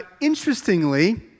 interestingly